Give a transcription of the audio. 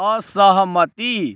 असहमति